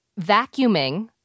vacuuming